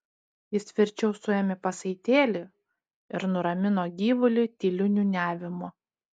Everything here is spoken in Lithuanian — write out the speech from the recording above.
jis tvirčiau suėmė pasaitėlį ir nuramino gyvulį tyliu niūniavimu